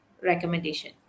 recommendation